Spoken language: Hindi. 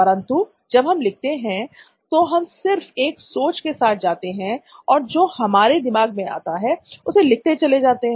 परंतु जब हम लिखते हैं तो हम सिर्फ एक सोच के साथ जाते हैं और जो हमारे दिमाग में आता है उसे लिखते चले जाते हैं